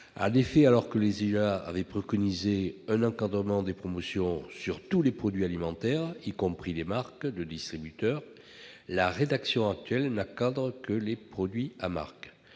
de l'alimentation avaient préconisé un encadrement des promotions de tous les produits alimentaires, y compris les marques de distributeurs, la rédaction actuelle n'encadre que les produits à marque.